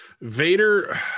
Vader